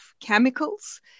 chemicals